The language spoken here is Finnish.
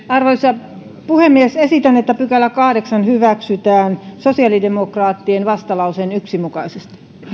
arvoisa puhemies esitän että kahdeksas pykälä hyväksytään sosiaalidemokraattien vastalauseen yksi mukaisesti